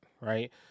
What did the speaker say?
right